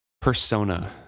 persona